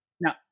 Now